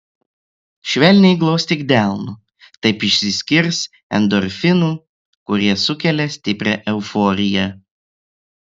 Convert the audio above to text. švelniai glostyk delnu taip išsiskirs endorfinų kurie sukelia stiprią euforiją